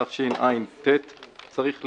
התשע"ט-2018.